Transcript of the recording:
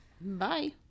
bye